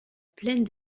plaine